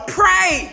pray